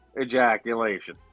Ejaculation